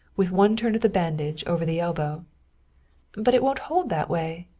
with one turn of the bandage over the elbow but it won't hold that way.